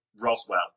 Roswell